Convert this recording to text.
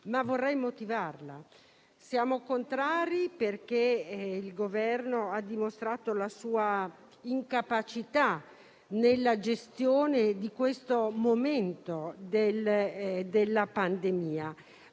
ma vorrei motivarlo. Siamo contrari perché il Governo ha dimostrato la sua incapacità nella gestione della pandemia,